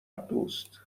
دوست